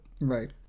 Right